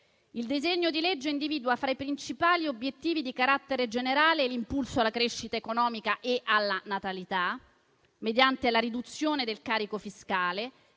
Il disegno di legge individua fra i principali obiettivi di carattere generale l'impulso alla crescita economica e alla natalità, mediante la riduzione del carico fiscale,